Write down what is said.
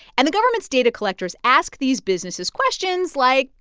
and the government's data collectors ask these businesses questions like,